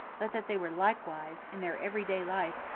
but that they were likewise, in their every day life,